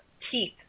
teeth